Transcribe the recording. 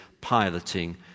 piloting